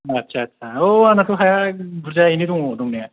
आदसा आदसा औ आंनाथ' हाया बुर्जायैनो दङ दंनाया